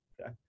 Okay